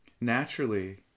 Naturally